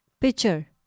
Pitcher